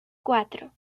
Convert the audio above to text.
cuatro